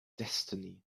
destiny